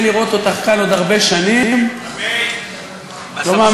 שיקשה עלינו לתת פתרון מערכתי, הגיוני, צודק ונכון